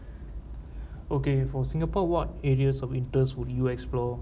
okay for singapore what areas of interest would you explore